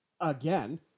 again